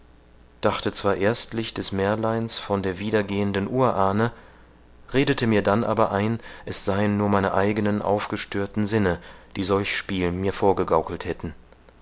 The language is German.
dachte zwar erstlich des märleins von der wieder gehenden urahne redete mir dann aber ein es seien nur meine eigenen aufgestörten sinne die solch spiel mir vorgegaukelt hätten